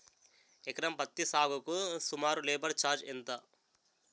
ఎకరం పత్తి సాగుకు సుమారు లేబర్ ఛార్జ్ ఎంత?